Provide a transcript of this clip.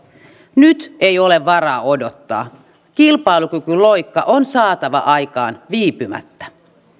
nyt ei ole varaa odottaa kilpailukykyloikka on saatava aikaan viipymättä